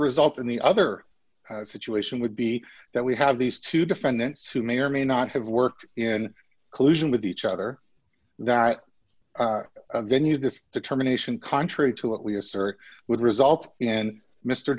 result in the other situation would be that we have these two defendants who may or may not have worked in collusion with each other that venue this determination contrary to what we assert would result and mr